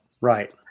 Right